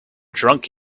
drunk